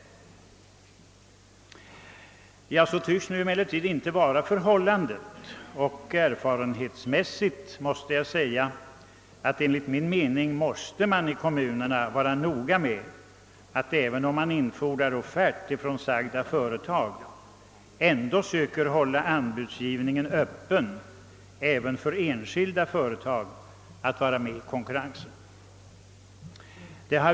Så tycks nu inte emellertid vara fallet, och erfarenhetsmässigt måste jag säga, att kommunerna enligt min mening måste vara noga med att även vid infordran av offert från sagda företag söka hålla anbudsgivningen öppen också för enskilda företag, så att dessa kan vara med i konkurrensen.